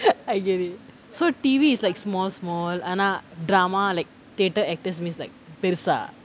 I get it so T_V is like small small ஆனா:aanaa drama like theatre actors means like பெருசா:perusaa